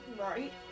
Right